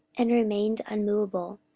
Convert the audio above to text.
and remained unmoveable,